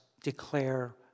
declare